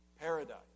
paradise